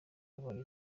yabonye